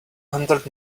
hundred